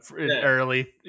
early